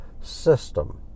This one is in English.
system